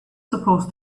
supposed